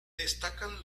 destacan